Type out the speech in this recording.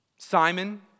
Simon